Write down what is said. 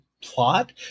plot